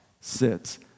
sits